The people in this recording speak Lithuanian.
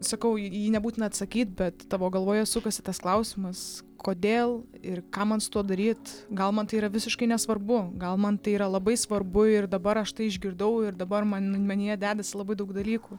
sakau į jį nebūtina atsakyt bet tavo galvoje sukasi tas klausimas kodėl ir ką man su tuo daryt gal man tai yra visiškai nesvarbu gal man tai yra labai svarbu ir dabar aš tai išgirdau ir dabar man manyje dedasi labai daug dalykų